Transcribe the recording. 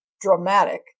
dramatic